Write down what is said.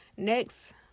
Next